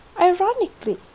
ironically